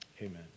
amen